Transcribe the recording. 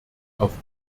auf